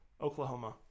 Oklahoma